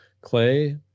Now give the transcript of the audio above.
Clay